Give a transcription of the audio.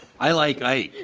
i like ike.